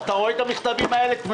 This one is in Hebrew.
אתה רואה את המכתבים האלה?